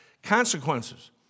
Consequences